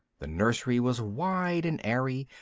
the nursery was wide and airy,